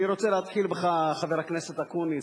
אני רוצה להתחיל בך, חבר הכנסת אקוניס.